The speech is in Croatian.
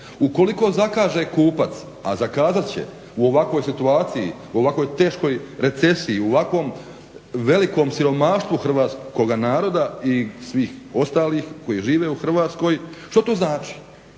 Ukoliko zakaže kupac, a zakazat će u ovakvoj situaciji, u ovakvoj teškoj recesiji, u ovakvom velikom siromaštvu Hrvatskoga naroda i svih ostalih koji žive u Hrvatskoj, što to znači?